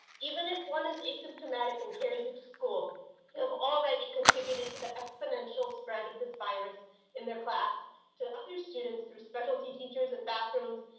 even if one is asymptomatic and carries it to school, you have already contributed to the exponential spread of this virus in their class to other students, through specialty teachers and bathrooms,